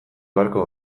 beharko